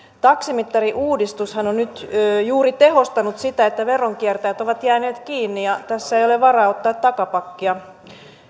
taksimittariuudistushan on nyt juuri tehostanut sitä että veronkiertäjät ovat jääneet kiinni ja tässä ei ole varaa ottaa takapakkia